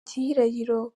gihirahiro